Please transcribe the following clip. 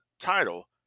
Title